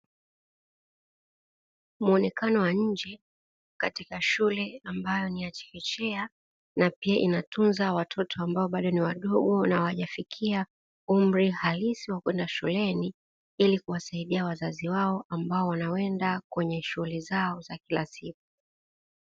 Muonekano wa nje, katika shule ambayo ni ya chekechea na pia inatunza watoto ambao bado ni wadogo na hawajafikia umri halisi wa kwenda shuleni, ili kuwasaidia wazazi wao ambao wanaenda kwenye shughuli zao za kila siku.